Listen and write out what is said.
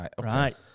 Right